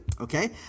okay